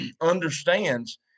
understands